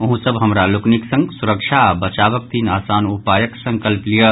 अहूँ सब हमरा लोकनिक संग सुरक्षा आ बचावक तीन आसान उपायक संकल्प लियऽ